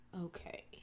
okay